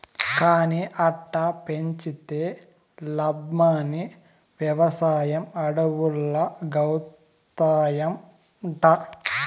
కానీ అట్టా పెంచితే లాబ్మని, వెవసాయం అడవుల్లాగౌతాయంట